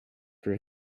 for